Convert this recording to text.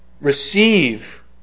receive